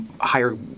higher